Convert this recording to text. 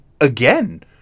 again